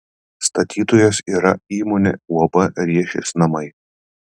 statytojas yra įmonė uab riešės namai